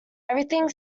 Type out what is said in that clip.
everything